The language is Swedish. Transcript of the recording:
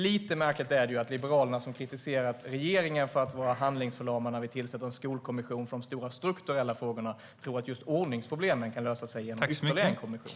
Lite märkligt är det att Liberalerna, som har kritiserat regeringen för att vara handlingsförlamad, när vi tillsätter en skolkommission för de stora, strukturella frågorna, tror att just ordningsproblemen kan lösa sig genom ytterligare en kommission.